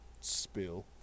spill